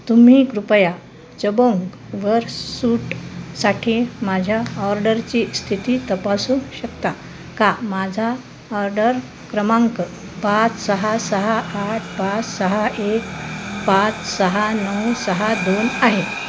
तुम्ही कृपया चबोंग वर सूटसाठी माझ्या ऑर्डरची स्थिती तपासू शकता का माझा ऑर्डर क्रमांक पाच सहा सहा आठ पाच सहा एक पाच सहा नऊ सहा दोन आहे